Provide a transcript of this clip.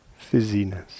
fizziness